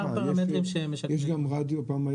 פרמטרים שמשקפים --- יש גם רדיו פעם,